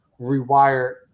rewire